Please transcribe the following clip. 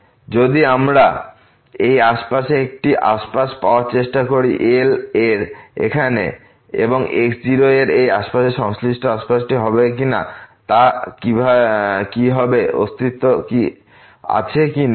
এবং যদি আমরা এই আশেপাশে একটি আশপাশ পাওয়ার চেষ্টা করি L এর এখানে এবং x0 এর এই আশেপাশের সংশ্লিষ্ট আশপাশটি হবে কিনা তা কি হবে অস্তিত্ব আছে কি নেই